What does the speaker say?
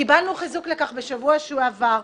קיבלנו חיזוק לכך בשבוע שעבר.